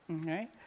okay